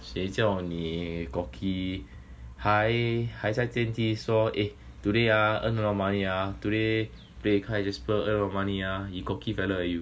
谁叫你 cocky 还还在电梯说 eh today ah earn a lot money ah today play kyle jasper all got money ah he cocky fella eh you